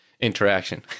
interaction